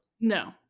No